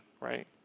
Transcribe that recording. right